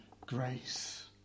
grace